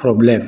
problem